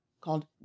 called